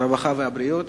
הרווחה והבריאות,